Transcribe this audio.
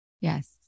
yes